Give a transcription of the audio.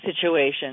situation